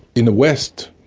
in the west,